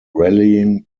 rallying